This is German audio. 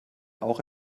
auch